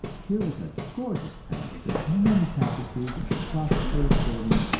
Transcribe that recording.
here was a gorgeous palace with many tapestries, and soft-footed servants,